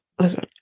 listen